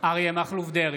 אריה מכלוף דרעי,